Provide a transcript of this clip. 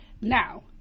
Now